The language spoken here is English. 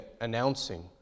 announcing